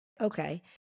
okay